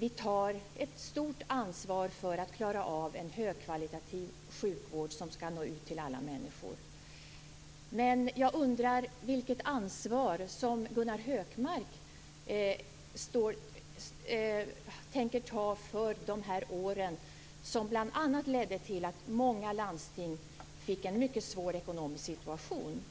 Vi tar ett stort ansvar för att klara av att ge en högkvalitativ sjukvård som skall nå ut till alla människor. Men jag undrar vilket ansvar Gunnar Hökmark tänker ta för de år som bl.a. ledde till att många landsting fick en mycket svår ekonomisk situation.